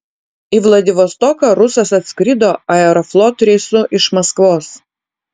į vladivostoką rusas atskrido aeroflot reisu iš maskvos